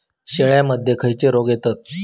शेळ्यामध्ये खैचे रोग येतत?